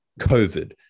COVID